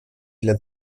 для